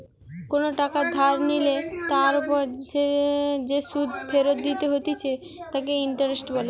কোনো টাকা ধার নিলে তার ওপর যে সুধ ফেরত দিতে হতিছে তাকে ইন্টারেস্ট বলে